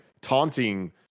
taunting